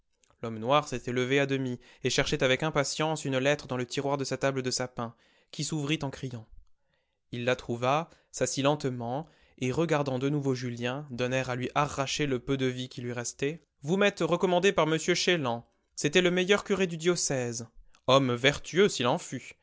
l'homme noir s'était levé à demi et cherchait avec impatience une lettre dans le tiroir de sa table de sapin qui s'ouvrit en criant il la trouva s'assit lentement et regardant de nouveau julien d'un air à lui arracher le peu de vie qui lui restait vous m'êtes recommandé par m chélan c'était le meilleur curé du diocèse homme vertueux